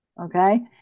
okay